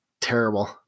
terrible